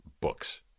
books